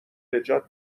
نجات